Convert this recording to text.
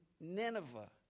Nineveh